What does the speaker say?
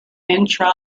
intra